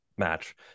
match